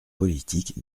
politique